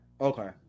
Okay